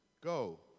Go